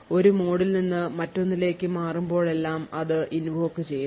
ഒരു മോഡിൽ നിന്ന് മറ്റൊന്നിലേക്ക് മാറുമ്പോഴെല്ലാം അത് invoke ചെയ്യുന്നു